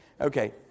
Okay